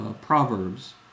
Proverbs